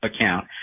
account